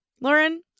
Lauren